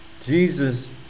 Jesus